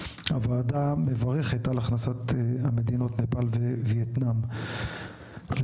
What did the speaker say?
3. הוועדה מברכת על הכנסת המדינות נפאל ו-וייטנאם לענף